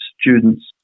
students